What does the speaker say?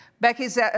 Becky's